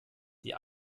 die